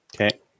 Okay